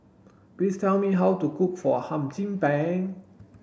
please tell me how to cook for Hum Chim Peng